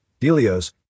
Delios